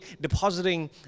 depositing